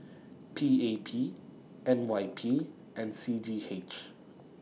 PAP NYP and CGH